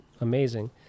amazing